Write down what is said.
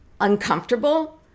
uncomfortable